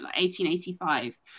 1885